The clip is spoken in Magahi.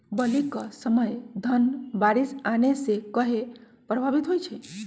बली क समय धन बारिस आने से कहे पभवित होई छई?